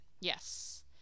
Yes